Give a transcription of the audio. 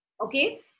Okay